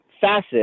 facet